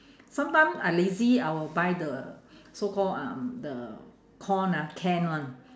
sometime I lazy I will buy the so call um the corn ah canned one